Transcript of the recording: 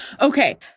Okay